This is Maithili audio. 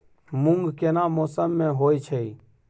मूंग केना मौसम में होय छै?